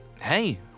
hey